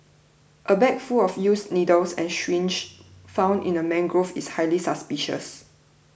a bag full of used needles and syringes found in a mangrove is highly suspicious